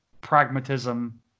pragmatism